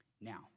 Now